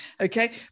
okay